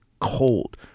cold